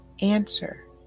Answer